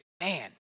man